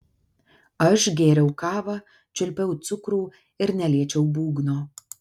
aš gėriau kavą čiulpiau cukrų ir neliečiau būgno